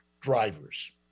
drivers